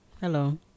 Hello